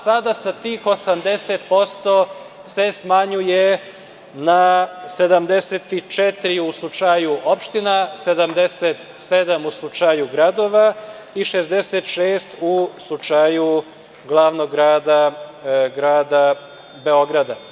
Sada se tih 80% se smanjuje na 74, u slučaju opština, 77% u slučaju gradova i 66% u slučaju glavnog grada, grada Beograda.